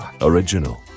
Original